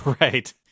Right